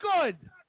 good